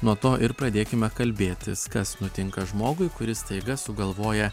nuo to ir pradėkime kalbėtis kas nutinka žmogui kuris staiga sugalvoja